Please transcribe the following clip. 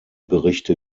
berichte